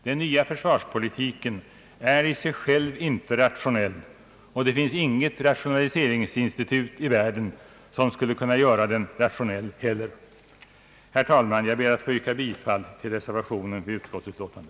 Den nya försvarspolitiken är i sig själv inte rationell, och de finns inte heller något rationaliseringsinstitut i världen som skulle kunna göra den rationell. Herr talman! Jag ber att få yrka bifall till reservationen vid utskottets utlåtande.